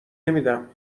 نمیدم